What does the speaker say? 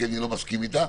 כי אני לא מסכים איתה.